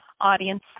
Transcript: audience